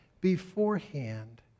beforehand